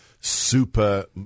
super